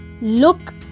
look